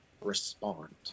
respond